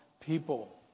people